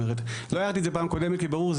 זאת אומרת לא הערתי את זה בפעם הקודמת כי ברור,